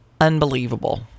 Unbelievable